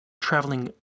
traveling